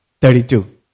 thirty-two